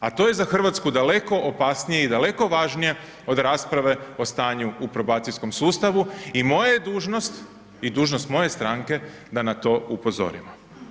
A to je za Hrvatsku daleko opasnije i daleko važnije od rasprave o stanju o probacijskom sustavu i moja je dužnost i dužnost moje strane da na to upozorimo.